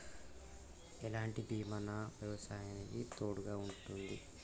ఎలాంటి బీమా నా వ్యవసాయానికి తోడుగా ఉంటుంది?